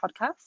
podcast